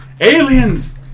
Aliens